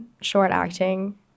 short-acting